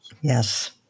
Yes